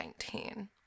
2019